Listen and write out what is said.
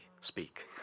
speak